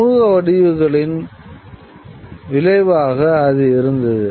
சமூக முடிவுகளின் விளைவாக அது இருந்தது